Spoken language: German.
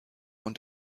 und